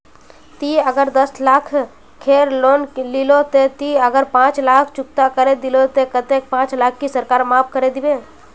ती अगर दस लाख खेर लोन लिलो ते ती अगर पाँच लाख चुकता करे दिलो ते कतेक पाँच लाख की सरकार माप करे दिबे?